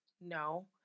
no